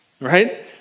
right